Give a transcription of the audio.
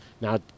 now